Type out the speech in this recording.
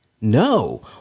No